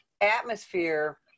atmosphere